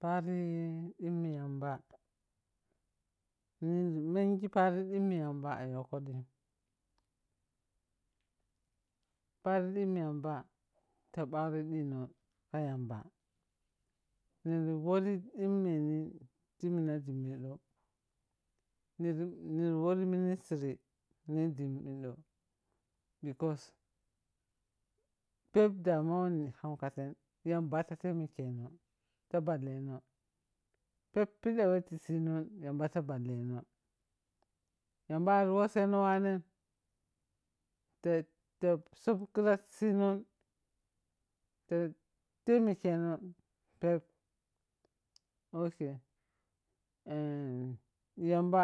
Phaȝimi ɗhimmi yamba ninengi phani ghimi yamba a yhukhi phaȝii ɗhimmi yamba ta shakri ɗhing ka yamba niki wɔȝii ɗhimmi ni ti mina ȝimmeno niri niri wɔri ministry ni dhimmenɔ because phep danuwa no wo nikam ka the yamba ta teimekyenɔ ta ɓhalleno ta phep phida wɛ ti siino yam ta ɓhalleno yamba ar wɛsheng wanye tata tuptra ti sina ta temikyen, phep yamba